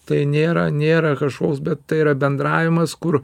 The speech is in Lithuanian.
tai nėra nėra kažkoks bet tai yra bendravimas kur